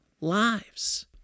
lives